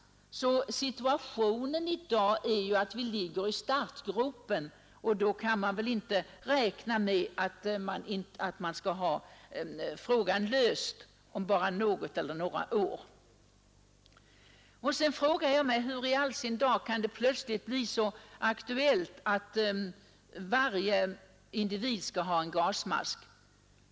Situationen i dag är följaktligen att vi ligger i startgroparna, och då kan man väl inte räkna med att problemet skall vara löst om bara något eller några år. Hur i all sin dar har det plötsligt kunnat bli så aktuellt att varje individ skall ha gasmask?